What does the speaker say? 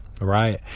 right